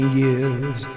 years